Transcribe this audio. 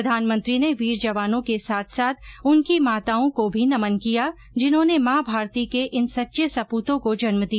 प्रधानमंत्री ने वीर जवानों के साथ साथ उनकी माताओं को भी नमन किया जिन्होंने मां भारती के इन सच्चे सपूतों को जन्म दिया